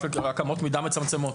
רק אמות מידה מצמצמות.